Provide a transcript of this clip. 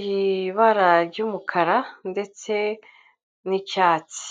ibara ry'umukara ndetse n'icyatsi.